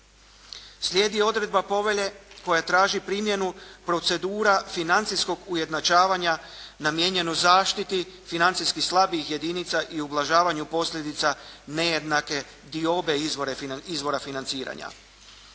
Slijedi odredba Povelja koja traži primjenu procedura financijskog ujednačavanja namijenjenu zaštiti financijski slabijih jedinica i ublažavanju posljedica nejednake diobe izvora financiranja.